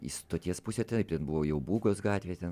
į stoties pusę taip buvo jau būgos gatvė ten